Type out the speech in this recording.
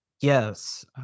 Yes